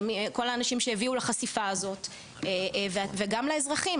כל האנשים שהביאו לחשיפה הזאת וגם לאזרחים,